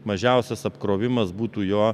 mažiausias apkrovimas būtų jo